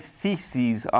theses